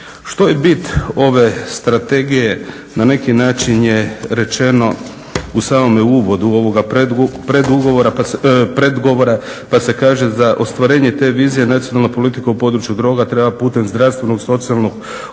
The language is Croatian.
Što je bit ove strategije na neki način je rečeno u samome uvodu ovoga predgovora pa se kaže za ostvarenje te vizije nacionalna politika u području droga treba putem zdravstvenog, socijalnog,